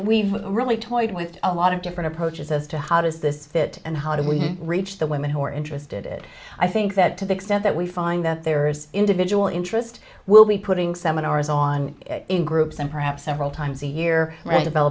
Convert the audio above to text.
we've really toyed with a lot of different approaches as to how does this fit and how do we reach the women who are interested i think that to the extent that we find that there's individual interest we'll be putting seminars on in groups and perhaps several times a year